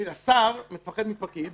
השר מפחד מפקיד,